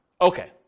Okay